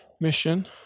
mission